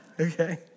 Okay